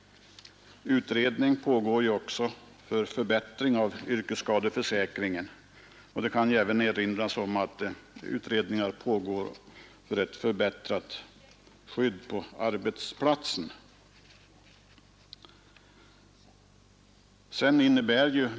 Utredning pågår också för förbättring av yrkesskadeförsäkringen. Det kan även erinras om att utredningar pågår om ett förbättrat skydd på arbetsplatsen.